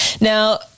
Now